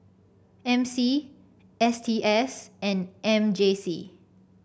M C S T S and M J C